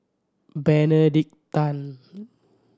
Benedict Tan